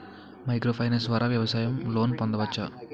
Micro finance ద్వారా వ్యవసాయ loan పొందవచ్చా?